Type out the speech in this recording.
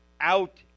out